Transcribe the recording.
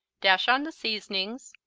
dash on the seasonings,